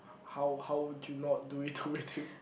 how how do you not do it do you